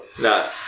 No